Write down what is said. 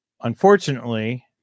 unfortunately